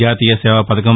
జాతీయ సేవా పథకం